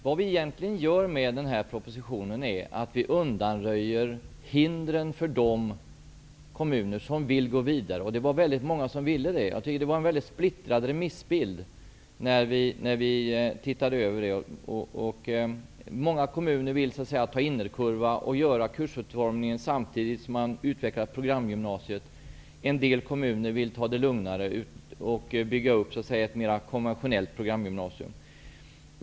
Vad vi egentligen gör med propositionen är att vi undanröjer hindren för de kommuner som vill gå vidare, och det var väldigt många som ville det. Jag tycker att det var en splittrad remissbild. Många kommuner vill ''ta innerkurva'' och göra kursutformningen samtidigt som man utvecklar programgymnasiet, en del kommuner vill ta det lugnare och bygga upp ett så att säga mera konventionellt programgymnasium.